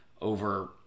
over